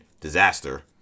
disaster